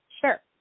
Sure